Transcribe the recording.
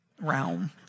realm